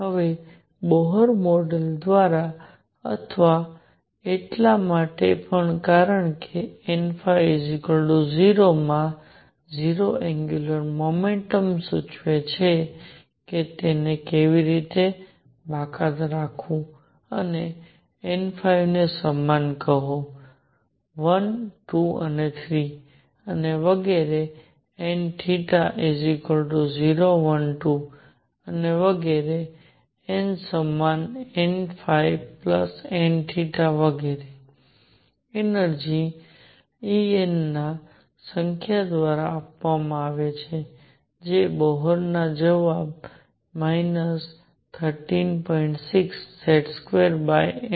હવે Bohr model દ્વારા અથવા એટલા માટે પણ કારણ કે n0 માં 0 એંગ્યુલર મોમેન્ટમ સૂચવે છે કે તેને કેવી રીતે બાકાત રાખવું અને n ને સમાન કહો 1 2 3 અને વગેરે અને n 0 1 2 અને વગેરે અને n સમાન nn વગેરે એનર્જિ En આ સંખ્યા દ્વારા આપવામાં આવે છે જે બોહર ના જવાબ 13